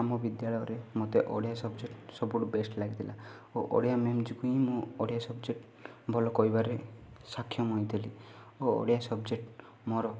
ଆମ ବିଦ୍ୟାଳୟରେ ମୋତେ ଓଡ଼ିଆ ସବଜେକ୍ଟ୍ ସବୁଠୁ ବେଷ୍ଟ୍ ଲାଗିଥିଲା ଓ ଓଡ଼ିଆ ମ୍ୟାମ୍ ଯୋଗୁଁ ହିଁ ମୁଁ ଓଡ଼ିଆ ସବଜେକ୍ଟ୍ ଭଲ କହିବାରେ ସକ୍ଷମ ହେଇଥିଲି ଓ ଓଡ଼ିଆ ସବଜେକ୍ଟ୍ ମୋର